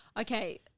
Okay